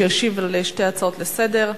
שישיב על שתי הצעות לסדר-היום: